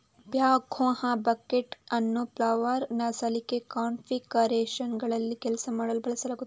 backhoe bucket ಅನ್ನು power ಸಲಿಕೆ ಕಾನ್ಫಿಗರೇಶನ್ನಲ್ಲಿ ಕೆಲಸ ಮಾಡಲು ಬಳಸಲಾಗುತ್ತದೆ